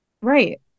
Right